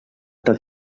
dels